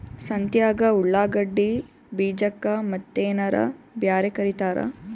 ಸಂತ್ಯಾಗ ಉಳ್ಳಾಗಡ್ಡಿ ಬೀಜಕ್ಕ ಮತ್ತೇನರ ಬ್ಯಾರೆ ಕರಿತಾರ?